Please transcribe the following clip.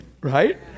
right